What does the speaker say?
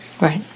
Right